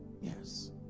Yes